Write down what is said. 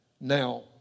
now